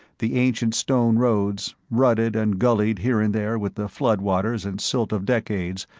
the ancient stone roads, rutted and gullied here and there with the flood-waters and silt of decades,